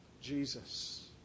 Jesus